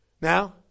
Now